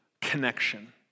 connection